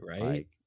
Right